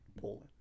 poland